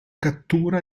cattura